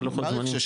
מה הלוחות זמנים?